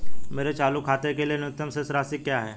मेरे चालू खाते के लिए न्यूनतम शेष राशि क्या है?